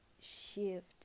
shift